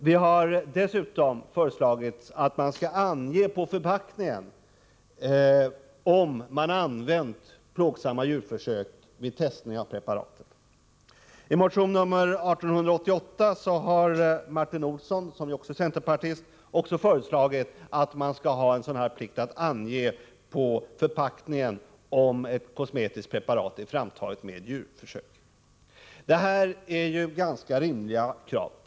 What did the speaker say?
Vi har dessutom föreslagit att man skall ange på förpackningen om det använts plågsamma djurförsök vid testning av preparatet. I motion 1888 har Martin Olsson, som ju också är centerpartist, föreslagit att det skulle föreligga plikt att ange på förpackningen om ett kosmetiskt preparat är framtaget med djurförsök. Detta är ju ganska rimliga krav.